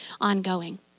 ongoing